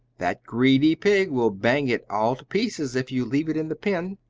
that greedy pig will bang it all to pieces, if you leave it in the pen.